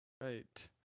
Right